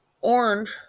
orange